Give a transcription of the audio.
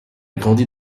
grandi